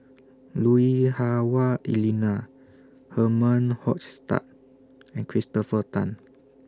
Lui Hah Wah Elena Herman Hochstadt and Christopher Tan